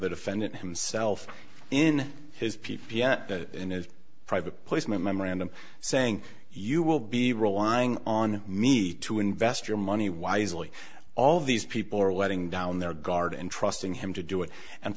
the defendant himself in his piece in his private placement memorandum saying you will be relying on me to invest your money wisely all these people are letting down their guard and trusting him to do it and